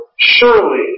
Surely